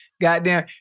Goddamn